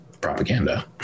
propaganda